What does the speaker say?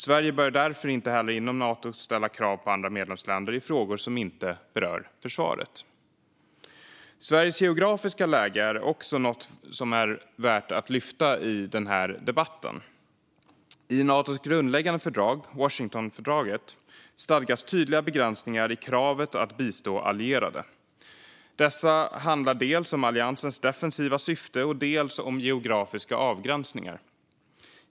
Sverige bör därför inte heller inom Nato ställa krav på andra medlemsstater i frågor som inte berör försvaret. Sveriges geografiska läge är också något som är värt att lyfta upp i denna debatt. I Natos grundläggande fördrag, Washingtonfördraget, stadgas tydliga begränsningar i kravet att bistå allierade. Dessa handlar dels om alliansens defensiva syfte, dels om geografiska avgränsningar.